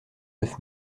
neuf